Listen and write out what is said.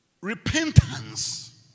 repentance